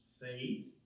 faith